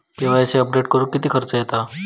KYC update करुक किती खर्च येता?